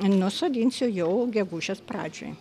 nu sodinsiu jau gegužės pradžioj